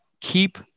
keep